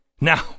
Now